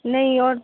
نہیں اور